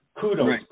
kudos